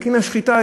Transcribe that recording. סכין השחיטה,